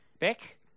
Beck